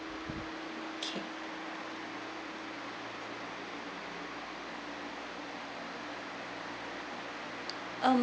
okay um